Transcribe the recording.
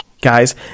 guys